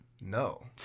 No